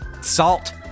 Salt